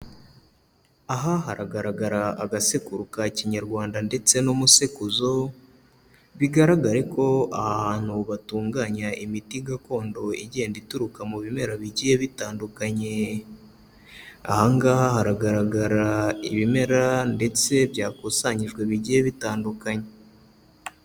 Aha hagaragara agasekuru ka Kinyarwanda ndetse n'umusekuzo, bigaragare ko aha hantu batunganya imiti gakondo igenda ituruka mu bimera bigiye bitandukanye, ahangaha haragaragara ibimera ndetse byakusanyijwe bigiye bitandukanye.